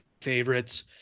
favorites